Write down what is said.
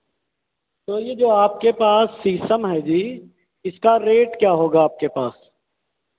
तो ये जो आपके पास शीशम है जी इसका रेट क्या होगा आपके पास